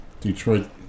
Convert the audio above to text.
Detroit